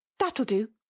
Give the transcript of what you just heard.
that'll do.